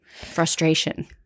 frustration